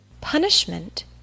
Punishment